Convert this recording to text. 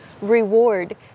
reward